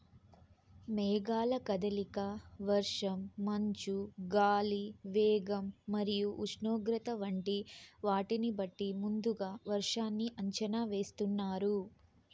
మేఘాల కదలిక, వర్షం, మంచు, గాలి వేగం మరియు ఉష్ణోగ్రత వంటి వాటిని బట్టి ముందుగా వర్షాన్ని అంచనా వేస్తున్నారు